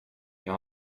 jag